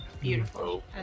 Beautiful